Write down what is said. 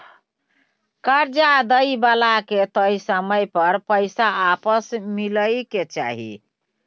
कर्जा दइ बला के तय समय पर पैसा आपस मिलइ के चाही